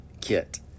kit